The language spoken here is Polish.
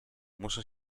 muszę